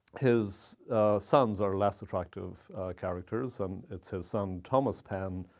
his sons are less attractive characters. and it's his son, thomas penn,